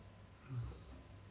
mm